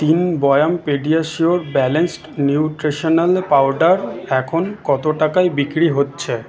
তিন বয়াম PediaSure balanced nutritional powder এখন কতো টাকায় বিক্রি হচ্ছে